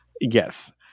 Yes